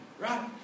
Right